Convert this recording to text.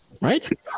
right